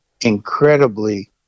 incredibly